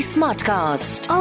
Smartcast